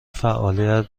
فعالیت